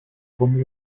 com